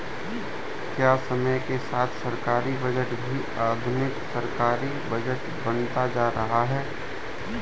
क्या समय के साथ सरकारी बजट भी आधुनिक सरकारी बजट बनता जा रहा है?